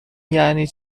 یعنی